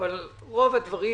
אבל רוב הדברים